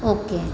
okay